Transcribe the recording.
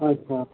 اچھا